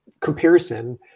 comparison